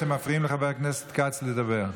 אתם מפריעים לחבר הכנסת כץ לדבר.